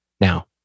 Now